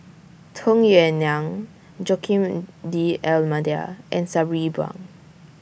Tung Yue Nang Joaquim D'almeida and Sabri Buang